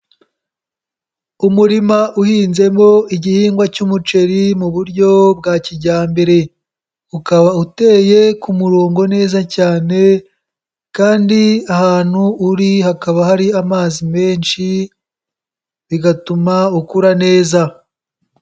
Umurima uhinzemo igihingwa cy'umuceri mu buryo bwa kijyambere. Ukaba uteye ku murongo neza cyane kandi ahantu uri hakaba hari amazi menshi, bigatuma ukura neza,